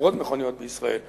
שעוברות מכוניות בישראל בשנה,